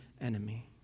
enemy